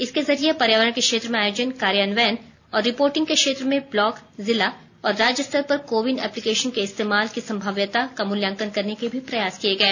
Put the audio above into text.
इसके जरिये पर्यावरण के क्षेत्र में आयोजन कार्यान्वयन और रिपोर्टिंग के क्षेत्र में ब्लॉक जिला और राज्य स्तर पर को विन अप्लीकेशन के इस्तेमाल की संभाव्यता का मूल्यांकन करने के भी प्रयास किये गये